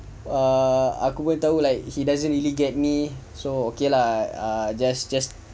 aku pun tahu like he doesn't really get me so okay lah just just